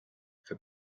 for